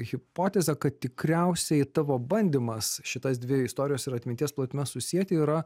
hipotezę kad tikriausiai tavo bandymas šitas dvi istorijos ir atminties plotmes susieti yra